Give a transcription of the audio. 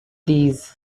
these